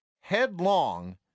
headlong